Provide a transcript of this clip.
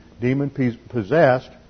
demon-possessed